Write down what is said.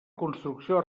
construcció